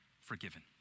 forgiven